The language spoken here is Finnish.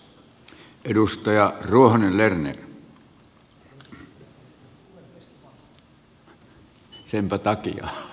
olipa pitkä puhe kun puhemieskin vaihtui